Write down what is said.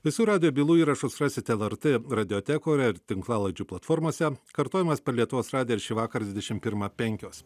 visų radijo bylų įrašus rasite lrt radiotekoje ir tinklalaidžių platformose kartojimas per lietuvos radiją ir šįvakar dvidešim pirmą penkios